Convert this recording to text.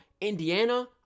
indiana